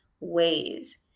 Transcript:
ways